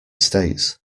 states